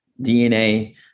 DNA